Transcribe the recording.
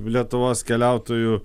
lietuvos keliautojų